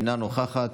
אינה נוכחת,